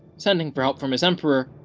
sending for help from his emperor,